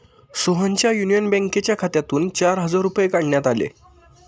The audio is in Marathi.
सोहनच्या युनियन बँकेच्या खात्यातून चार हजार रुपये काढण्यात आले